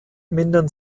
mindern